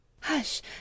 hush